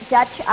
Dutch